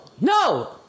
No